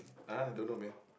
ah don't know man